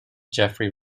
jeffrey